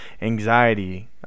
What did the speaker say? Anxiety